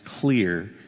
clear